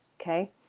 okay